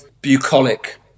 bucolic